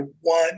one